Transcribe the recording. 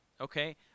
okay